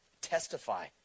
testify